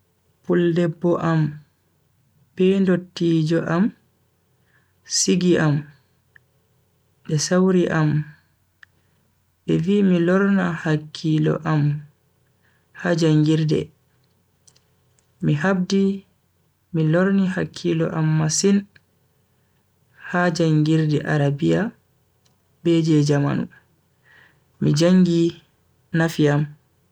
puldebbo am be ndottijo am sigi am be sauri am be vi mi lorna hakkilo am ha jangirde. mi habdi mi lorni hakkilo am masin ha jangirde arabiya be je jamanu mi jangi nafi am.